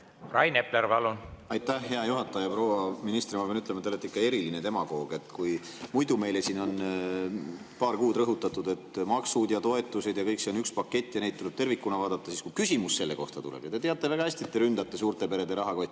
Rain Epler, palun! Aitäh, hea juhataja! Proua minister! Ma pean ütlema, et te olete ikka eriline demagoog. Kui muidu meile siin on paar kuud rõhutatud, et maksud ja toetused ja kõik see on üks pakett ja neid tuleb tervikuna vaadata, siis kui küsimus selle kohta tuleb – ja te teate väga hästi, et te ründate suurte perede rahakotti